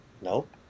nope